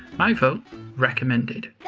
my vote recommended.